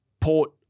Port